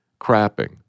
crapping